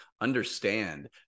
understand